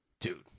dude